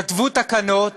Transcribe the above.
כתבו תקנות,